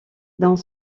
dans